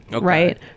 right